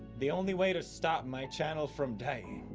the only way to stop my channel from dying